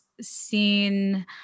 seen